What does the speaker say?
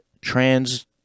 trans